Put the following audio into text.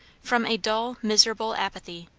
from a dull, miserable apathy,